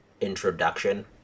introduction